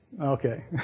Okay